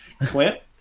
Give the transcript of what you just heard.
Clint